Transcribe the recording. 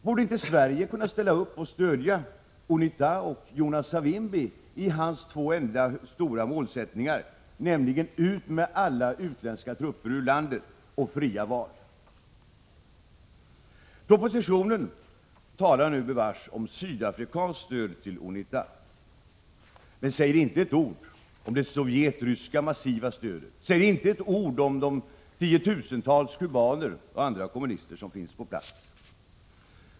Borde inte Sverige kunna stödja UNITA och Jonas Savimbi i hans två enda stora målsättningar, nämligen: Ut med alla utländska trupper ur landet, och: Fria val? Propositionen talar nu bevars om sydafrikanskt stöd till UNITA men säger inte ett ord om det massiva sovjetryska stödet, inte ett ord om de tiotusentals kubaner och andra kommunister som finns på plats.